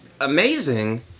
amazing